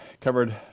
covered